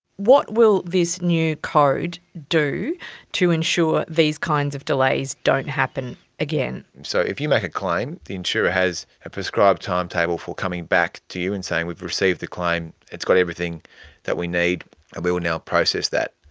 what will this new code do to ensure these kinds of delays don't happen again? so if you make a claim, the insurer has a prescribed timetable for coming back to you and saying we've received the claim, it's got everything that we need and we will now process that.